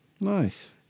Nice